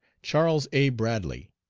charles a. bradley,